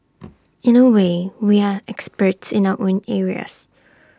in A way we are experts in our own areas